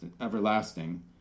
everlasting